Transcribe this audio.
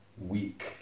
Week